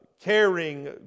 caring